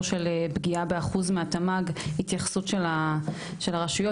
של פגיעה באחוז מהתמ"ג התייחסות של הרשויות.